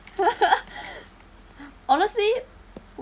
honestly